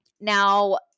Now